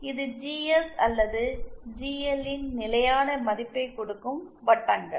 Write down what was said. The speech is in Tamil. இது ஜிஎஸ் அல்லது ஜிஎல்லின் நிலையான மதிப்பைக் கொடுக்கும் வட்டங்கள்